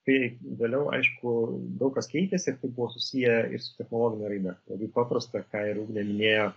kaip vėliau aišku daug kas keitėsi tai buvo susiję ir su technologine raida labai paprasta ką ir ugnė minėjo